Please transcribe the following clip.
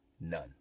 None